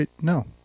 No